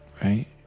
right